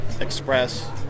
express